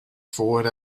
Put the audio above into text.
forward